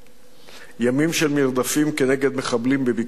ימים של מרדפים כנגד מחבלים בבקעת-הירדן.